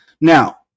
Now